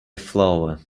flower